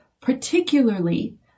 Particularly